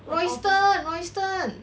royston royston